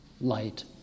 light